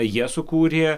jie sukūrė